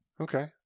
okay